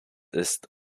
ist